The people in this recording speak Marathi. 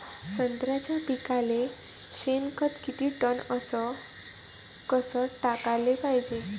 संत्र्याच्या पिकाले शेनखत किती टन अस कस टाकाले पायजे?